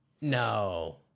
No